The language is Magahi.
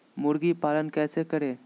मुर्गी पालन कैसे करें?